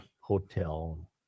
hotel